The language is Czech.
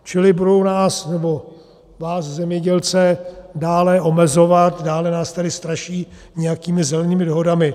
Čili budou nás, nebo vás zemědělce, dále omezovat, dále nás tedy straší nějakými zelenými dohodami.